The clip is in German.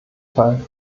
fall